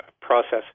process